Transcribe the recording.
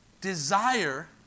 Desire